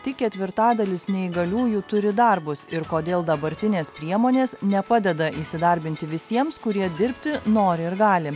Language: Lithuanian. tik ketvirtadalis neįgaliųjų turi darbus ir kodėl dabartinės priemonės nepadeda įsidarbinti visiems kurie dirbti nori ir gali